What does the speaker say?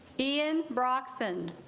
ian broxton